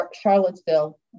Charlottesville